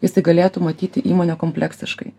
jisai galėtų matyti įmonę kompleksiškai